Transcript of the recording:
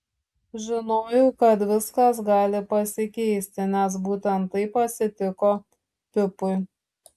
žinojau kad viskas gali pasikeisti nes būtent taip atsitiko pipui